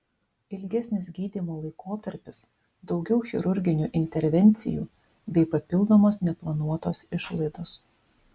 ilgesnis gydymo laikotarpis daugiau chirurginių intervencijų bei papildomos neplanuotos išlaidos